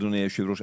אדוני היושב-ראש,